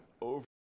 over